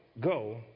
go